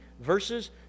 verses